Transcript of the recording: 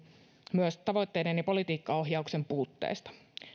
tavoitteiden ja politiikkaohjauksen puutteesta